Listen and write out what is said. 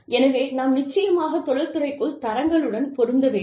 எனவே நாம் நிச்சயமாக தொழில்துறைக்குள் தரங்களுடன் பொருந்த வேண்டும்